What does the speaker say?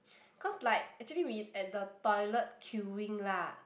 cause like actually we at the toilet queuing lah